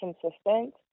consistent